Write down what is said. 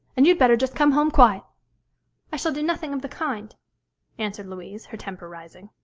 and you'd better just come home quiet i shall do nothing of the kind answered louise, her temper rising.